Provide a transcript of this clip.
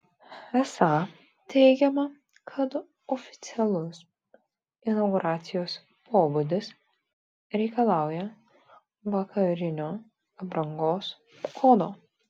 esą teigiama kad oficialus inauguracijos pobūdis reikalauja vakarinio aprangos kodo